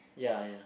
ya ya